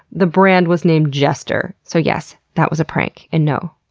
the brand was named jester so yes, that was a prank, and no,